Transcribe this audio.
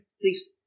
please